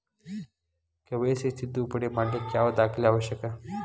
KYC ತಿದ್ದುಪಡಿ ಮಾಡ್ಲಿಕ್ಕೆ ಯಾವ ದಾಖಲೆ ಅವಶ್ಯಕ?